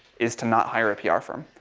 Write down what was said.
is to not hire a pr firm.